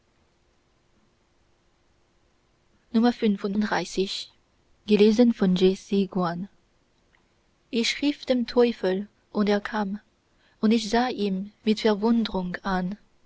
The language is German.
gemacht xxxv ich rief den teufel und er kam und ich sah ihn mit verwundrung an